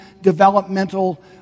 developmental